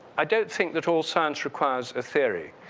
i don't think that all science requires a theory.